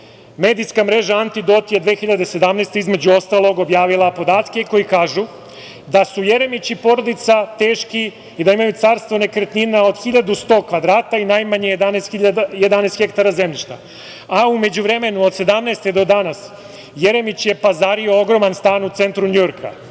medijska mreža „Antidot“ je 2017. godine, između ostalog, objavila podatke koji kažu da su Jeremić i porodica teški i da imaju carstvo nekretnina od 1.100 kvadrata i najmanje 11 hektara zemljišta. U međuvremenu, od 2017. godine do danas, Jeremić je pazario ogroman stan u centru Njujorka.